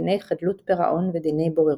דיני חדלות-פירעון ודיני בוררות.